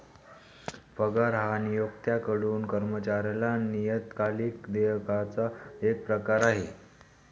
पगार हा नियोक्त्याकडून कर्मचाऱ्याला नियतकालिक देयकाचा एक प्रकार आहे